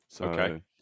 Okay